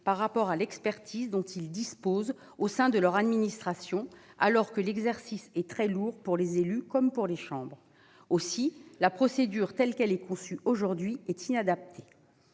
par rapport à l'expertise dont ils disposent au sein de leur administration. L'exercice est pourtant très lourd, pour les élus comme pour les chambres. Aussi la procédure telle qu'elle est conçue aujourd'hui est-elle inadaptée.